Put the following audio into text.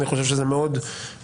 אני חושב שזה מאוד יועיל.